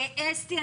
אסתי,